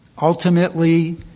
Ultimately